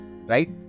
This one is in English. right